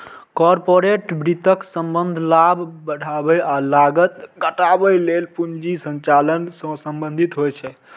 corporate वित्तक संबंध लाभ बढ़ाबै आ लागत घटाबै लेल पूंजी संचालन सं संबंधित होइ छै